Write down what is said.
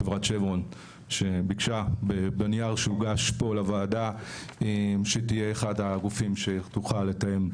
חברת שברון שביקשה בנייר שהוגש פה לוועדה שתהיה אחד הגופים שתוכל לתאם,